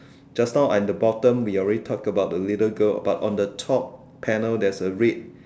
just now at the bottom we already talked about the little girl but at the top panel there's a red